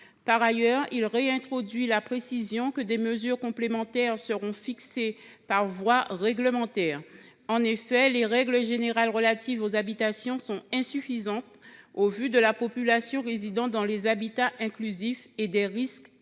et de réintroduire la précision selon laquelle des mesures complémentaires seront fixées par voie réglementaire. En effet, les règles générales relatives aux habitations sont insuffisantes au vu de la population résidant dans les habitats inclusifs et des risques associés.